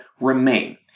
remain